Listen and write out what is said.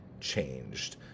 changed